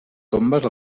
tombes